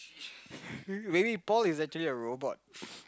maybe Paul is actually a robot